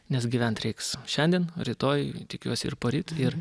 nes gyvent reiks šiandien rytoj tikiuosi ir poryt ir